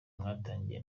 mwatangiye